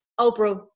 Oprah